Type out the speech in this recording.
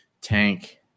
tank